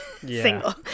single